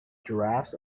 giraffes